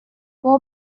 بابا